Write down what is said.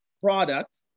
product